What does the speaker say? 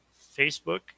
Facebook